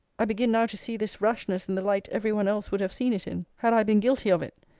i begin now to see this rashness in the light every one else would have seen it in, had i been guilty of it.